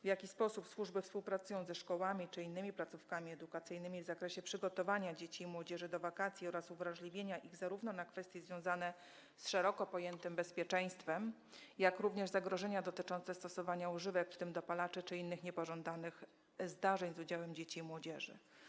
W jaki sposób służby współpracują ze szkołami czy innymi placówkami edukacyjnymi w zakresie przygotowania dzieci i młodzieży do wakacji oraz uwrażliwienia ich zarówno na kwestie związane z szeroko pojętym bezpieczeństwem, jak również na kwestie zagrożenia dotyczące stosowania używek, w tym dopalaczy, czy innych niepożądanych zdarzeń z udziałem dzieci i młodzieży.